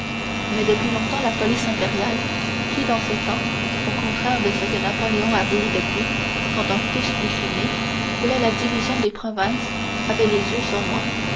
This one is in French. mais depuis longtemps la police impériale qui dans ce temps au contraire de ce que napoléon a voulu depuis quand un fils lui fut né voulait la division des provinces avait les yeux sur moi